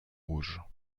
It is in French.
rouge